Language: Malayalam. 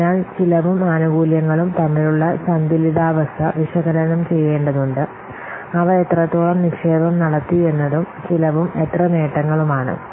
അതിനാൽ ചെലവും ആനുകൂല്യങ്ങളും തമ്മിലുള്ള സന്തുലിതാവസ്ഥ വിശകലനം ചെയ്യേണ്ടതുണ്ട് അവ എത്രത്തോളം നിക്ഷേപം നടത്തിയെന്നതും ചെലവും എത്ര നേട്ടങ്ങളുമാണ്